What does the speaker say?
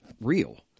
real